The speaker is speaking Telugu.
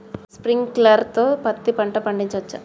స్ప్రింక్లర్ తో పత్తి పంట పండించవచ్చా?